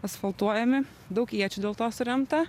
asfaltuojami daug iečių dėl to suremta